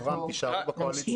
אנחנו -- טוב רם, תישארו בקואליציה.